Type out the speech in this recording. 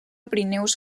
pirineus